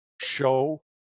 show